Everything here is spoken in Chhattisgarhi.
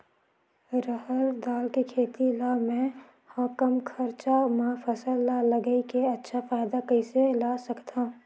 रहर दाल के खेती ला मै ह कम खरचा मा फसल ला लगई के अच्छा फायदा कइसे ला सकथव?